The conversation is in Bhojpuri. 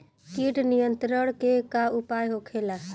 कीट नियंत्रण के का उपाय होखेला?